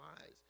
wise